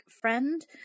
friend